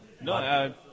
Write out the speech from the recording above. No